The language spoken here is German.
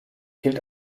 gilt